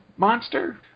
monster